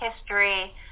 History